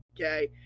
okay